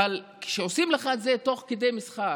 אבל כשעושים לך את זה תוך כדי משחק